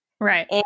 Right